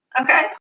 Okay